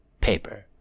Paper